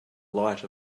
light